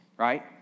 right